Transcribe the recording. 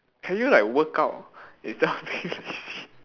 can you like workout instead of being lazy